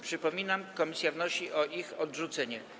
Przypominam, że komisja wnosi o ich odrzucenie.